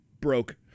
broke